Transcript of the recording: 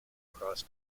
cross